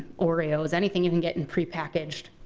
oreos, anything you can get in prepackaged.